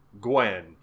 Gwen